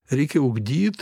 reikia ugdyt